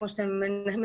כמו שאתם מניחים,